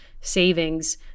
savings